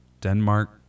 Denmark